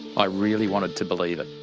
i really wanted to believe it.